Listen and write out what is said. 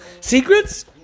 secrets